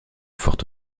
fort